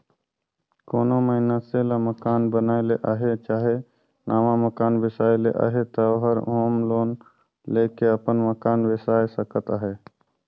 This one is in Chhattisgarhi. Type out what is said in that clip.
कोनो मइनसे ल मकान बनाए ले अहे चहे नावा मकान बेसाए ले अहे ता ओहर होम लोन लेके अपन मकान बेसाए सकत अहे